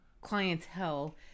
clientele